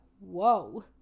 whoa